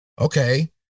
okay